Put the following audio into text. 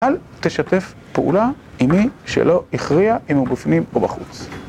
אל תשתף פעולה עם מי שלא הכריע אם הוא בפנים או בחוץ